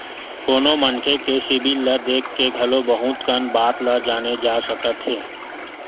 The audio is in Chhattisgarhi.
कोनो मनखे के सिबिल ल देख के घलो बहुत कन बात ल जाने जा सकत हे